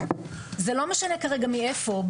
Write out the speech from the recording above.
זה לא משנה כרגע מאיפה.